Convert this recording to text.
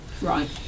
Right